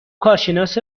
کارشناس